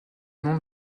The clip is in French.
nom